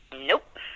Nope